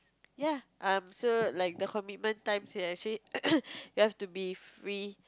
ya um so like the commitment times are actually you have to be free